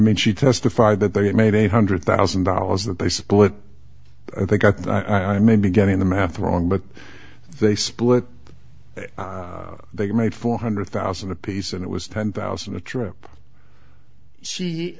mean she testified that they had made eight hundred thousand dollars that they split i think i may be getting the math wrong but they split that they made four hundred thousand apiece and it was ten thousand a trip she